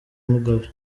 mugabe